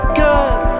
good